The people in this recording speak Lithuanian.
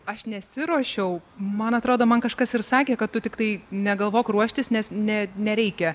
aš nesiruošiau man atrodo man kažkas ir sakė kad tu tiktai negalvok ruoštis nes ne nereikia